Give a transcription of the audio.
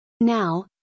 Now